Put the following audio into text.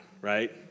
right